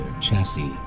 chassis